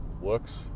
works